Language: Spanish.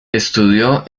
estudió